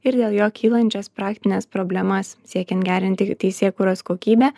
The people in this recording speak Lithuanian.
ir dėl jo kylančias praktines problemas siekiant gerinti teisėkūros kokybę